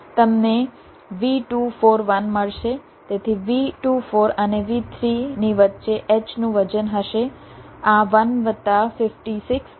તેથી V24 અને V3 ની વચ્ચે h નું વજન હશે આ 1 વત્તા 56